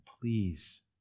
Please